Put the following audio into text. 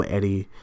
Eddie